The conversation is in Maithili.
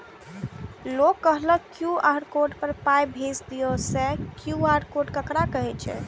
लोग कहलक क्यू.आर कोड पर पाय भेज दियौ से क्यू.आर कोड ककरा कहै छै?